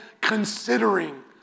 considering